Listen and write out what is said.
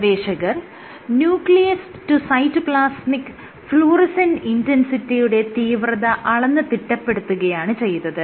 ഗവേഷകർ nucleus to cytoplasmic fluorescent ഇന്റെൻസിറ്റിയുടെ തീവ്രത അളന്ന് തിട്ടപ്പെടുത്തുകയാണ് ചെയ്തത്